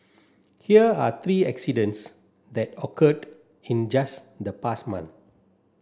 here are three accidents that occurred in just the past month